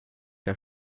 der